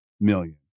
million